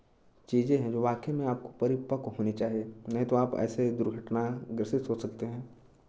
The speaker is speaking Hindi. चीज़ें हैं जो वाकई में आपको परिपक्व होनी चाहिए नहीं तो आप ऐसे ही दुर्घटना ग्रसित हो सकते हैं